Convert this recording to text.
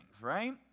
right